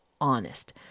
honest